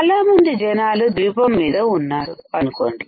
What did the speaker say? చాలామంది జనాలు ద్వీపం మీద ఉన్నారు అనుకోండి